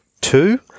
two